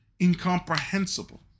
incomprehensible